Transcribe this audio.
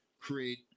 create